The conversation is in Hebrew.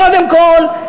קודם כול,